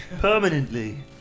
permanently